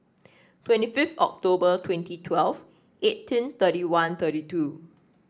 twenty fifth October twenty twelve eighteen thirty one thirty two